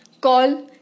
Call